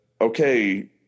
okay